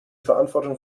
verantwortung